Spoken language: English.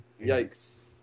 Yikes